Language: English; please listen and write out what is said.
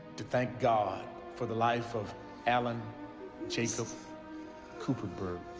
to thank god for the life of allen jacob kuperburg.